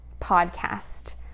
podcast